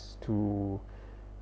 to